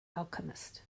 alchemist